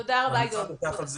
תודה רבה, עוד.